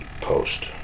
post